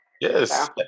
Yes